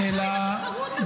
די כבר עם התחרות הזאת.